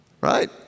right